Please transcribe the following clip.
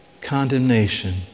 condemnation